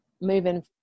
moving